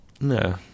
No